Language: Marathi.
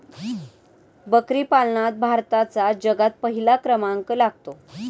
बकरी पालनात भारताचा जगात पहिला क्रमांक लागतो